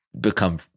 become